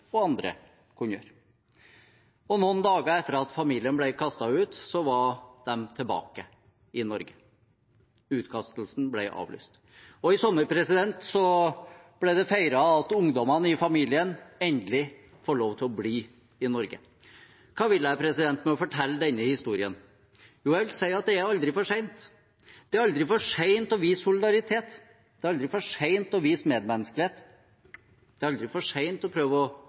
Noen dager etter at familien ble kastet ut, var de tilbake i Norge. Utkastelsen ble avlyst. I sommer ble det feiret at ungdommene i familien endelig får lov til å bli i Norge. Hva vil jeg med å fortelle denne historien? Jo, jeg vil si at det aldri er for sent. Det er aldri for sent å vise solidaritet. Det er aldri for sent å vise medmenneskelighet. Det er aldri for sent å prøve å